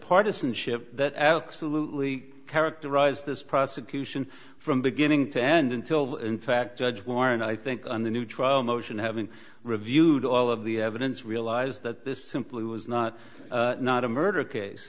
partisanship that alex salut we characterize this prosecution from beginning to end until in fact judge warren i think on the new trial motion having reviewed all of the evidence realize that this simply was not not a murder case